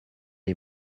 est